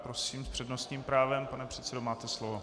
Prosím, s přednostním právem, pane předsedo, máte slovo.